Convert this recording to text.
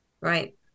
Right